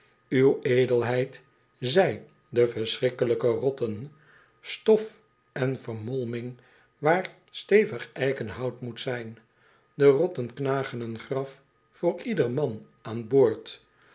uw edelheid zij de schrikkelijke rotten stof en vermolming waar stevig eikenhout moest zijn de rotten knagen een graf voor ieder man aan boord